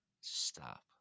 Stop